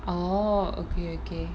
orh okay okay